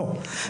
לא,